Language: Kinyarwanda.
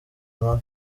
nkawe